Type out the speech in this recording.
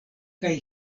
kaj